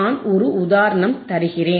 நான் ஒரு உதாரணம் தருகிறேன்